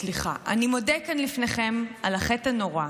אני מודה כאן לפניכם על החטא הנורא,